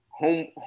Home